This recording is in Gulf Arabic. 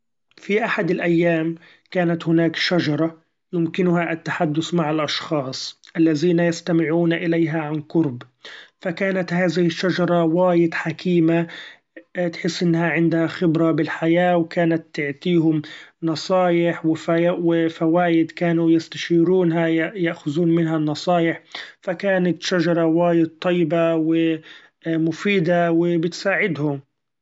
في أحد الأيام كانت هناك شچرة يمكنها التحدث مع الاشخاص الذين يستمعون اليها عن قرب! فكانت هذه الشجرة وايد حكيمة تحس إنها عندها خبرة بالحياة ، وكانت تعطيهم نصأيح وف-و فوايد ، كانوا يستشيرونها يأخذون منها النصأيح فكانت شچرة وايد طيبة ومفيدة وبتساعدهم.